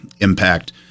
impact